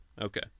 Okay